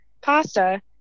pasta